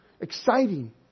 exciting